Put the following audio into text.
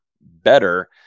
better